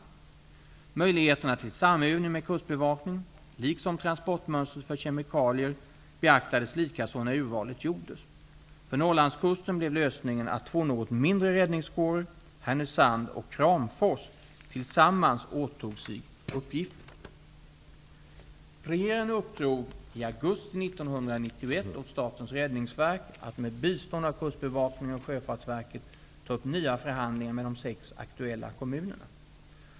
Möjligheterna till samövning med Kustbevakningen, liksom transportmönstret för kemikalier, beaktades likaså när urvalet gjordes. För Norrlandskusten blev lösningen att två något mindre räddningskårer, Regeringen uppdrog i augusti 1991 åt Statens räddningsverk att med bistånd av Kustbevakningen och Sjöfartsverket ta upp nya förhandlingar med de sex aktuella kommunerna.